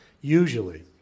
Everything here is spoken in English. usually